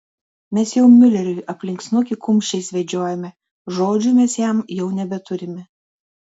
mes jau miuleriui aplink snukį kumščiais vedžiojame žodžių mes jam jau nebeturime